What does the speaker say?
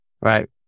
right